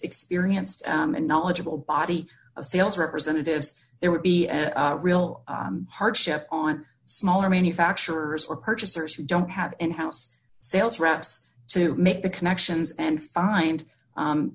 experienced and knowledgeable body of sales representatives there would be any real hardship on smaller manufacturers or purchasers who don't have in house sales reps to make the connections and find